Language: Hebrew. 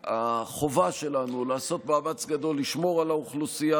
החובה שלנו היא לעשות מאמץ גדול לשמור על האוכלוסייה